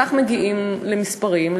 כך מגיעים למספרים,